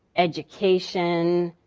education,